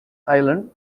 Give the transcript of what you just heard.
island